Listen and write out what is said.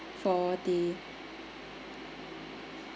for the